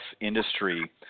industry